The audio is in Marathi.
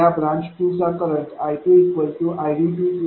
ह्या ब्रांच 2 चा करंटI2 id2 jiq2आहे